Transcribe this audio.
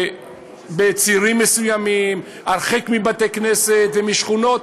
בצירים מסוימים, הרחק מבתי-כנסת ומשכונות.